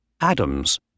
Adams